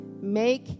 make